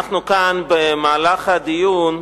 אנחנו כאן, במהלך הדיון,